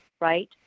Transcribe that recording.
right